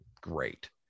great